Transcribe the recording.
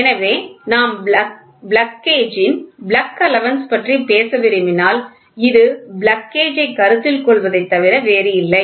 எனவே நாம் plug gauge ன் பிளக் அலவன்ஸ் பற்றி பேச விரும்பினால் இது பிளக் கேஜ் கருத்தில் கொள்வதைத் தவிர வேறில்லை